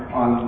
on